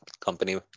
company